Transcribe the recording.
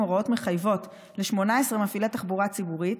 הוראות מחייבות ל-18 מפעילי תחבורה ציבורית